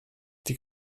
die